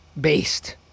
Based